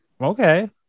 Okay